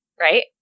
Right